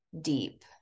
deep